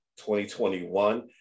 2021